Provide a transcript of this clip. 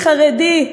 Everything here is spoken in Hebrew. חרדי,